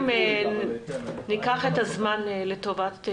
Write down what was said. עדיין הקופות מעבירות זו הגנה על בתי